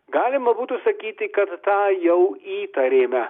galima būtų sakyti kad tą jau įtarėme